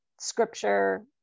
scripture